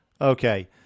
Okay